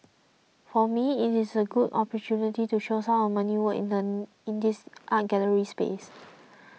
for me it is a good opportunity to show some of my new work in this art gallery space